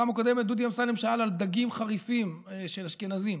פעם קודמת דודי אמסלם שאל על דגים חריפים של אשכנזים,